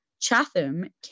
Chatham